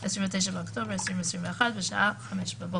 התשפ"ב (29 באוקטובר 2021) בשעה 05:00 בבוקר."